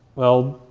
well,